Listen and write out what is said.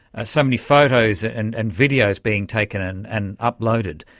ah so many photos and and videos being taken and and uploaded,